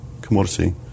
commodity